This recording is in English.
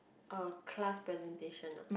a class presentation ah